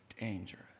dangerous